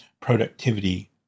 productivity